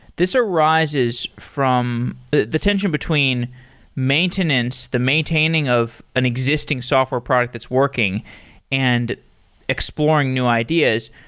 this arises from the the tension between maintenance, the maintaining of an existing software product that's working and exploring new ideas.